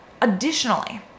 Additionally